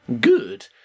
Good